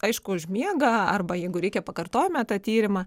aišku užmiega arba jeigu reikia pakartojame tą tyrimą